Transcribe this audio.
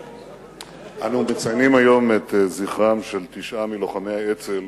אנו מציינים היום את זכרם של תשעה מלוחמי האצ"ל